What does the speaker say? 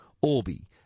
Orbi